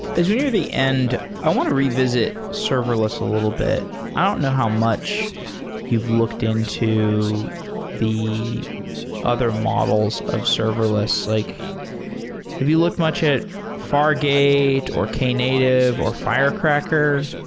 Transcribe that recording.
as we near the end, i want to revisit serverless a little bit. i don't know how much you've looked into the other models of serverless. like have you looked much at fargate, or knative, or firecracker?